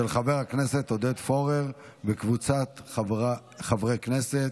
של חבר הכנסת עודד פורר וקבוצת חברי הכנסת.